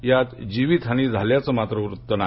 यात जीवितहानी झाल्याचं मात्र वृत्त नाही